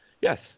Yes